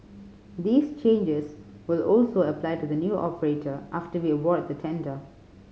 these changes will also apply to the new operator after we award the tender